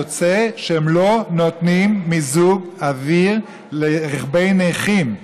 יוצא שהם לא נותנים מיזוג אוויר לרכבי נכים.